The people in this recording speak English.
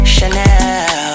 Chanel